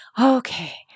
okay